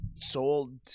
sold